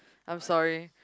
I'm sorry